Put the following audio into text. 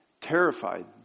terrified